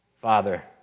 Father